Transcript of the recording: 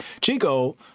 Chico